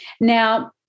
Now